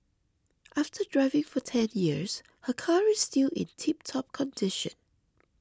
after driving for ten years her car is still in tiptop condition